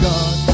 God